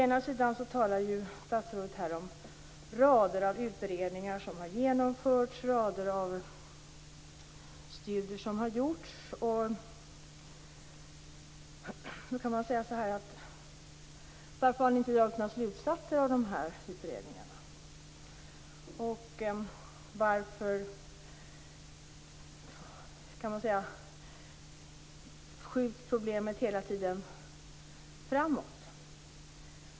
Statsrådet talar om rader av utredningar som har genomförts, rader av studier som har gjorts. Varför har ni inte dragit några slutsatser av utredningarna? Varför skjuts problemet hela tiden framåt?